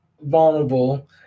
vulnerable